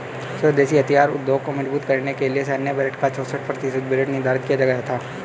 स्वदेशी हथियार उद्योग को मजबूत करने के लिए सैन्य बजट का चौसठ प्रतिशत बजट निर्धारित किया गया था